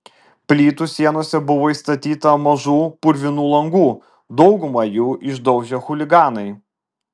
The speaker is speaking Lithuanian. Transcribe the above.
plytų sienose buvo įstatyta mažų purvinų langų daugumą jų išdaužė chuliganai